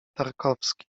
tarkowski